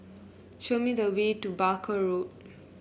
show me the way to Barker Road